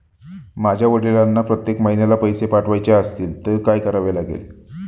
माझ्या वडिलांना प्रत्येक महिन्याला पैसे पाठवायचे असतील तर काय करावे?